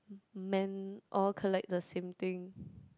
m~ men all collect the same thing